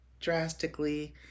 drastically